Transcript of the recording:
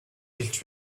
хэлж